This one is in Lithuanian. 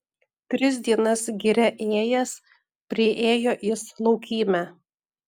tris dienas giria ėjęs priėjo jis laukymę